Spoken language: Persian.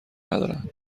ندارن